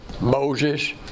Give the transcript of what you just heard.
Moses